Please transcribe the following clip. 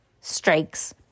Strikes